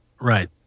Right